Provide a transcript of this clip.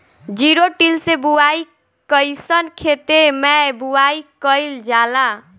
Zero till से बुआई कयिसन खेते मै बुआई कयिल जाला?